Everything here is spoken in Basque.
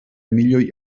milioi